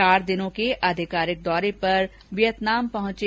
चार दिनों के आधिकारिक दौरे पर वियतनाम पहुंचे